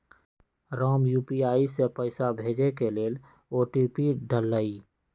Ram UPI से पइसा भेजे के लेल ओ.टी.पी डाललई